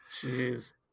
Jeez